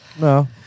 No